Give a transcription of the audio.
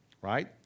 right